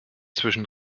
zwischen